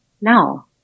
no